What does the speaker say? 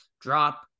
drop